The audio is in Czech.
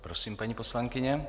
Prosím, paní poslankyně.